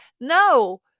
No